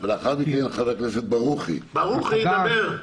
אחר כך ברוכי ידבר.